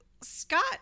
Scott